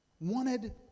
wanted